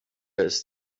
ist